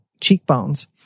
cheekbones